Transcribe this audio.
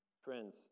Friends